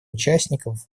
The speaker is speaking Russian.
участников